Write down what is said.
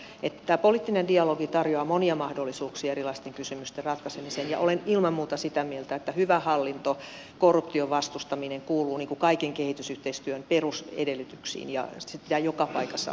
tämä poliittinen dialogi tarjoaa monia mahdollisuuksia erilaisten kysymysten ratkaisemiseen ja olen ilman muuta sitä mieltä että hyvä hallinto korruption vastustaminen kuuluu kaiken kehitysyhteistyön perusedellytyksiin ja se pitää joka paikassa ottaa esille